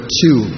two